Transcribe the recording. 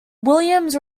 williams